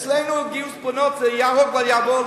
אצלנו גיוס בנות זה ייהרג ובל יעבור,